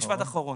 משפט אחרון